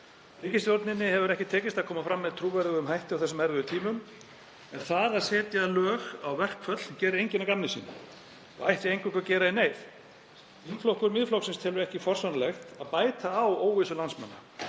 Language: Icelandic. Ríkisstjórninni hefur ekki tekist að koma fram með trúverðugum hætti á þessum erfiðu tímum, en það að setja lög á verkföll gerir enginn að gamni sínu og ætti eingöngu að gera í neyð. Þingflokkur Miðflokksins telur ekki forsvaranlegt að bæta á óvissu landsmanna,